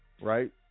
right